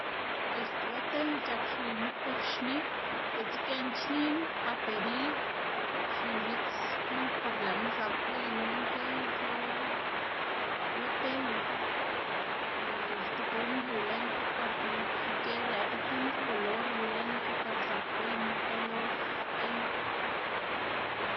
Pues lo tele c̲h̲ak xwiyma por xni ditsa giend xnina bateriy xiu x̱its knu par lëꞌma zak gwiy lo guꞌn ki lo lo tele y ti gom yu lën ki, par nak ic̲h̲ë lëꞌkga tind kolor yu lën ki par zak gwiyma kolor tele.